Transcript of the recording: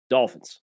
Dolphins